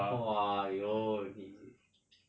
!wah! !aiyo! 你